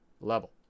level